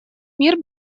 мир